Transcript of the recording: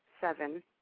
seven